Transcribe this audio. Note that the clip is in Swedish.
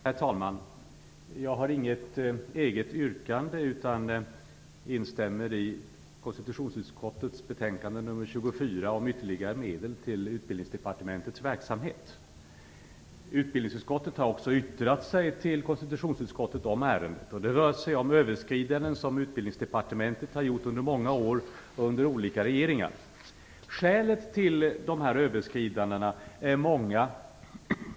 Herr talman! Jag har inget eget yrkande utan instämmer i hemställan i konstitutionsutskottets betänkande 24 om ytterligare medel till Utbildningsdepartementets verksamhet. Utbildningsutskottet har också yttrat sig till konstitutionsutskottet i ärendet. Det rör sig om överskridanden som Utbildningsdepartementet gjort under många år under olika regeringar. Skälen till överskridandena är många.